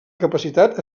capacitat